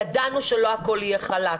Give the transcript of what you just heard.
ידענו שלא הכול יהיה חלק,